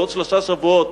בעוד שלושה שבועות,